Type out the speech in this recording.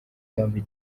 yombi